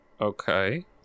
Okay